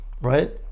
right